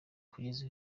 kugeza